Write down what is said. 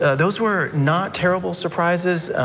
those were not terrible surprises,